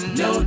no